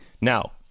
Now